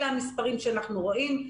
אלה המספרים שאנחנו רואים,